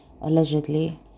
allegedly